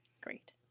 Great